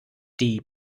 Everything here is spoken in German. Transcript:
die